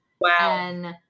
Wow